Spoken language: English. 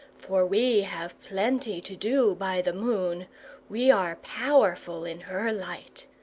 for we have plenty to do by the moon we are powerful in her light.